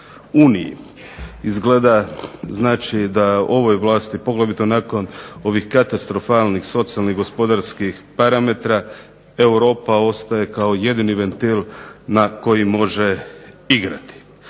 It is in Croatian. Izgleda da ovoj vlasti poglavito nakon ovih katastrofalnih socijalnih i gospodarskih parametra, Europa ostaje jedini ventil na koji može igrati.